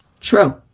true